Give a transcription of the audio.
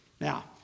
Now